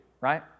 right